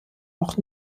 noch